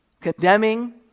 condemning